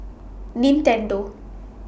Nintendo